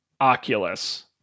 Oculus